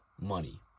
money